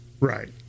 Right